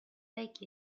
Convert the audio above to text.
take